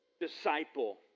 disciple